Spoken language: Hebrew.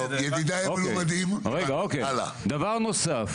דבר נוסף